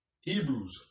Hebrews